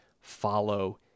follow